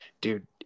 dude